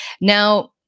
Now